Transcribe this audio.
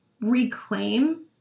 reclaim